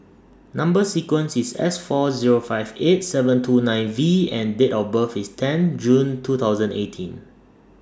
Number sequence IS S four Zero five eight seven two nine V and Date of birth IS ten June two thousand eighteen